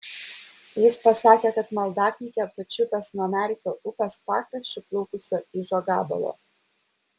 jis pasakė kad maldaknygę pačiupęs nuo merkio upės pakraščiu plaukusio ižo gabalo